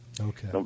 Okay